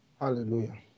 Hallelujah